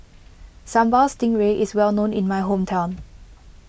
Sambal Stingray is well known in my hometown